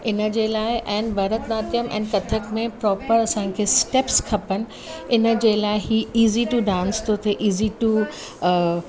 इन जे लाइ ऐं भरतनाट्यम ऐंड कथक में असांखे स्टैप्स खपनि इन जे लाइ हीउ ईज़ी टू डांस थो थिए ईज़ी टू